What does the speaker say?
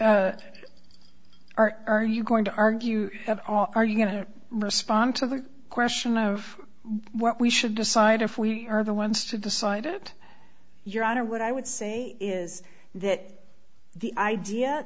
or are you going to argue are you going to respond to the question of what we should decide if we are the ones to decide it your honor what i would say is that the idea